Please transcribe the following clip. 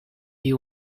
you